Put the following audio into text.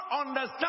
understand